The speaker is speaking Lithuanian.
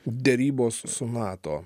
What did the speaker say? derybos su nato